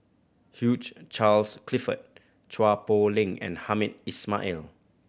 Hugh Charles Clifford Chua Poh Leng and Hamed Ismail